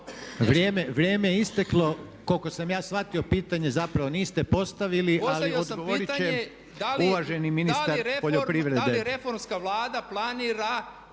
Vrijeme je isteklo. Koliko sam ja shvatio pitanje zapravo niste postavili ali odgovorit će uvaženi ministar poljoprivrede.